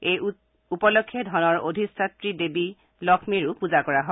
এই উপলক্ষে ধনৰ অধিষ্ঠাত্ৰী দেৱী লক্ষ্মীৰো পূজা কৰা হয়